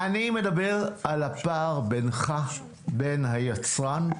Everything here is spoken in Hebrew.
אני מדבר על הפער בין הרפת, לבין היצרן,